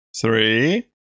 three